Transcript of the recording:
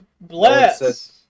Bless